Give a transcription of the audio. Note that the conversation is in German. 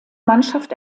mannschaft